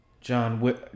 John